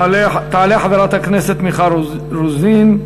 תעלה חברת הכנסת מיכל רוזין,